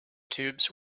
tubes